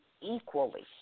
equally